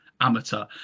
amateur